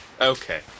Okay